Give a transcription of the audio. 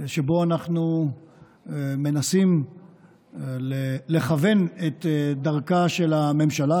שבו אנחנו מנסים לכוון את דרכה של הממשלה,